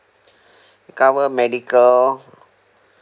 cover medical